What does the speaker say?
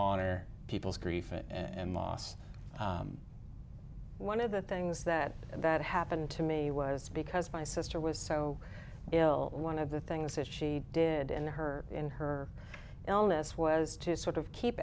honor people's grief and loss one of the things that that happened to me was because my sister was so ill one of the things that she did in her in her illness was to sort of keep